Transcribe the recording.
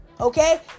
okay